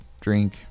drink